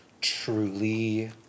truly